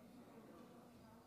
אנחנו מביאים למנוחות את הסופר א.